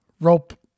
rope